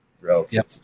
relative